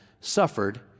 suffered